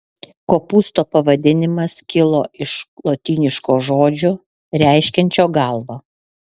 kopūsto pavadinimas kilo iš lotyniško žodžio reiškiančio galvą